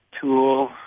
tool